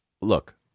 look